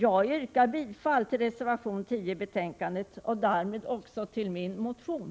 Jag yrkar bifall till reservation 10 vid betänkandet och därmed också till min motion.